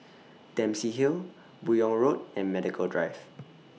Dempsey Hill Buyong Road and Medical Drive